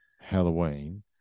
halloween